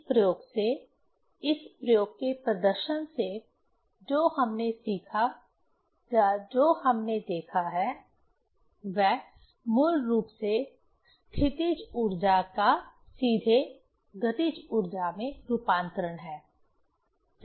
इस प्रयोग से इस प्रयोग के प्रदर्शन से जो हमने सीखा या जो हमने देखा है वह मूल रूप से स्थितिज ऊर्जा का सीधे गतिज ऊर्जा में रूपांतरण है सही